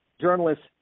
journalists